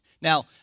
Now